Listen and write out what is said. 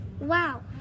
Wow